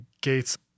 gates